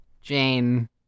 Jane